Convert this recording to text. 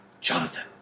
Jonathan